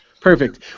Perfect